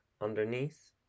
underneath